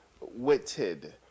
witted